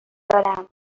دارم